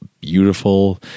beautiful